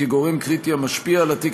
כגורם קריטי המשפיע על התיק,